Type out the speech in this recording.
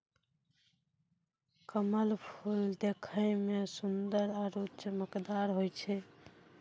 कमल फूल देखै मे सुन्दर आरु चमकदार होय छै